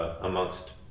amongst